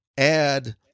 add